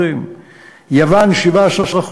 יוון, 17%,